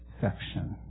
section